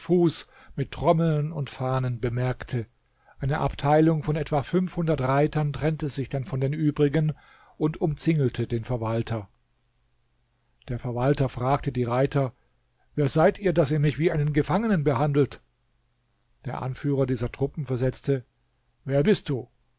mit trommeln und fahnen bemerkte eine abteilung von etwa fünfhundert reitern trennte sich dann von den übrigen und umzingelte den verwalter der verwalter fragte die reiter wer seid ihr daß ihr mich wie einen gefangenen behandelt der anführer dieser truppen versetzte wer bist du